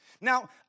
Now